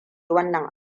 wannan